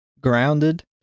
Grounded